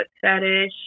fetish